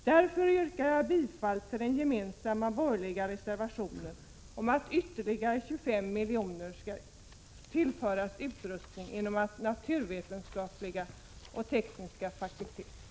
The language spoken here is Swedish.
Därför yrkar jag bifall till den gemensamma borgerliga reservationen om att ytterligare 25 milj.kr. skall anvisas för utrustning inom de naturvetenskapliga och tekniska fakulteterna.